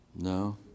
No